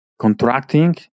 Contracting